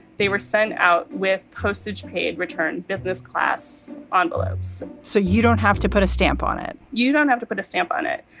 they were sent out with postage, paid return business class ah envelopes. so you don't have to put a stamp on it. you don't have to put a stamp on it.